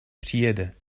přijede